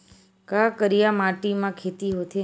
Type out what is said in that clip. का करिया माटी म खेती होथे?